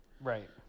Right